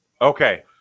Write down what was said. okay